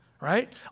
Right